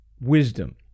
wisdom